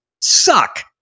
suck